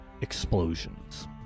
explosions